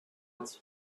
its